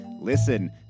listen